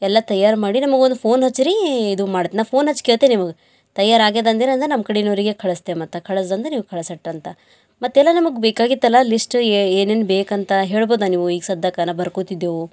ಎಲ್ಲ ತಯಾರಿ ಮಾಡಿ ನಮಗ ಒಂದು ಫೋನ್ ಹಚ್ರೀ ಇದು ಮಾಡಿ ನಾ ಫೋನ್ ಹಚ್ಚಿ ಕೇಳ್ತೆ ನಿಮಗ ತಯಾರಾಗ್ಯದ ಅಂದಿರಂದ್ರೆ ನಮ್ಮ ಕಡಿನವರಿಗೆ ಕಳಿಸ್ತೆ ಮತ್ತು ಕಳಿಸ್ದಂದ್ರ ಇವು ಕಳಿಸೆಟ್ಟಂತ ಮತ್ತೆಲ್ಲ ನಿಮಗ ಬೇಕಾಗಿತ್ತಲ್ಲ ಲಿಶ್ಟ್ ಏನೇನು ಬೇಕಂತ ಹೇಳ್ಬೋದ ನೀವು ಈಗ ಸಧ್ಯಕ ನಾ ಬರ್ಕೊತಿದ್ದೆವು